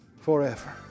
forever